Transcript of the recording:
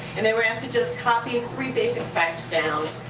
and they were asked to just copy and three basic facts down.